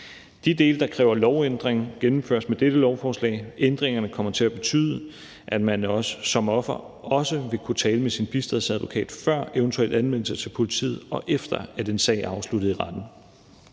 De dele, der kræver lovændring, gennemføres med dette lovforslag. Ændringerne kommer til at betyde, at man som offer også vil kunne tale med sin bistandsadvokat før eventuel anmeldelse til politiet, og efter at en sag er afsluttet i retten.